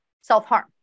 self-harm